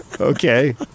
Okay